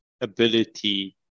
ability